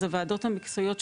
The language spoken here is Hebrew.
אז הוועדות המקצועיות,